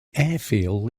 airfield